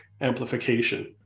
amplification